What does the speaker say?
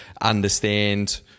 understand